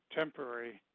temporary